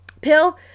pill